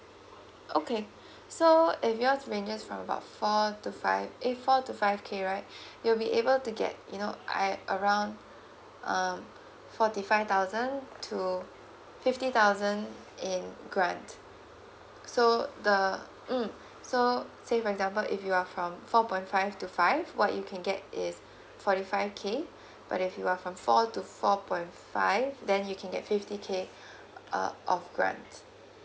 okay so if yours ranges for about four to five eh four to five K right you'll be able to get you know uh around um forty five thousand to fifty thousand in grant so the mm so say for example if you are from four point five to five what you can get is forty five K but if you are from four to four point five then you can get fifty K uh of grants